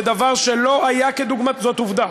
זה דבר שלא היה כדוגמתו, זו עובדה,